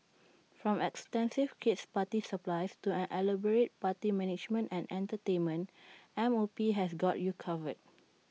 from extensive kid's party supplies to an elaborate party management and entertainment M O P has got you covered